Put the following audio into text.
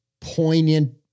poignant